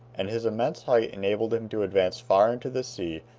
and his immense height enabled him to advance far into the sea,